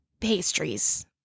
pastries